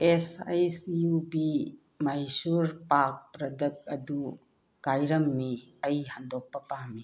ꯑꯦꯁ ꯑꯩꯁ ꯌꯨ ꯕꯤ ꯃꯍꯤꯁꯨꯔ ꯄꯥꯛ ꯄ꯭ꯔꯗꯛ ꯑꯗꯨ ꯀꯥꯏꯔꯝꯃꯤ ꯑꯩ ꯍꯟꯗꯣꯛꯄ ꯄꯥꯝꯃꯤ